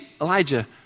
Elijah